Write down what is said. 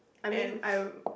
and